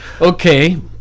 Okay